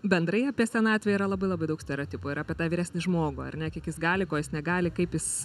bendrai apie senatvę yra labai labai daug stereotipų ir apie tą vyresnį žmogų ar ne kiek jis gali ko jis negali kaip jis